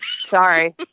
Sorry